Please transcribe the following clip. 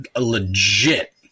legit